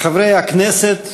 חברי הכנסת,